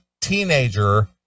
teenager